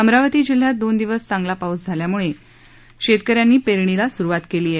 अमरावती जिल्ह्यात दोन दिवस चांगला पाऊस झाल्यामुळे शेतकऱ्यांनी पेरणीला स्रुवात केली आहे